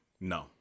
no